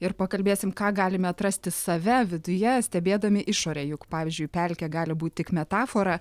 ir pakalbėsim ką galime atrasti save viduje stebėdami išorėj juk pavyzdžiui pelkė gali būt tik metafora